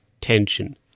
tension